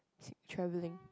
t~ travelling